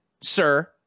Sir